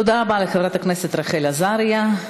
תודה רבה לחברת הכנסת רחל עזריה.